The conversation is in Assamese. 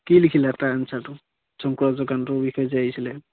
কি লিখিলা তাৰ এঞ্চাৰটো শংকুৰাজৰ বিষয়ে যে আহিছিলে